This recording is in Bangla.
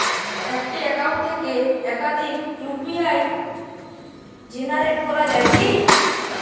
একটি অ্যাকাউন্ট থেকে একাধিক ইউ.পি.আই জেনারেট করা যায় কি?